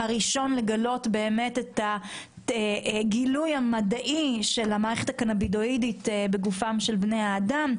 הראשון לגילוי המדעי של המערכת הקנאבינואידית בגופם של בני האדם,